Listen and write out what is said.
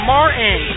Martin